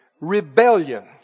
rebellion